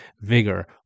vigor